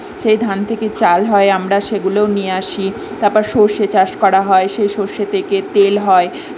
সেই ধান থেকে চাল হয় আমরা সেগুলোও নিয়ে আসি তারপর সর্ষে চাষ করা হয় সেই সর্ষে থেকে তেল হয়